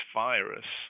virus